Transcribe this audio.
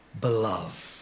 beloved